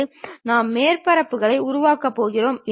அதில் மேலும் சில விபரங்களை நாம் பார்க்கலாம்